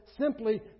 simply